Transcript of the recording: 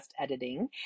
editing